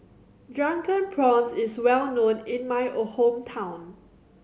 Drunken Prawns is well known in my hometown